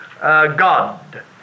God